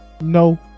no